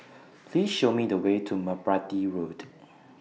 Please Show Me The Way to Merpati Road